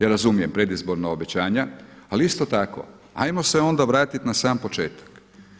Ja razumijem predizborna obećanja, ali isto tako ajmo se onda vratiti na sam početak.